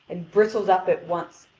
and bristles up at once,